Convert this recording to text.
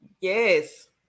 Yes